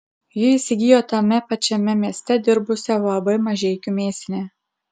ji įsigijo tame pačiame mieste dirbusią uab mažeikių mėsinę